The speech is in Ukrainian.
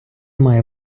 має